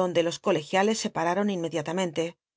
donde los colegiales se